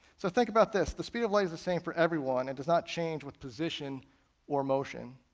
so think about this, the speed of light is the same for everyone, it does not change with position or motion.